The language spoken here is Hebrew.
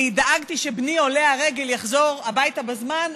אני דאגתי שבני עולה הרגל יחזור הביתה בזמן,